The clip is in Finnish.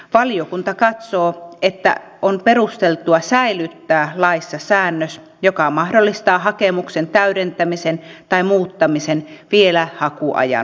valiokunta katsoo että on perusteltua säilyttää laissa säännös joka mahdollistaa hakemuksen täydentämisen tai muuttamisen vielä hakuajan päätyttyä